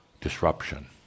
disruption